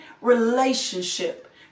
relationship